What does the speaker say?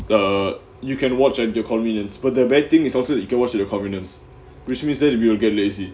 the you can watch at your convenience but the bad thing is also that you can watch it or convenience which means that if you will get lazy